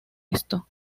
esto